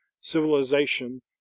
civilization